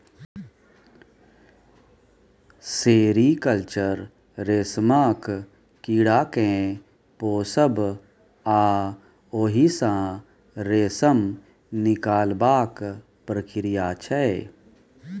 sericulture रेशमक कीड़ा केँ पोसब आ ओहि सँ रेशम निकालबाक प्रक्रिया छै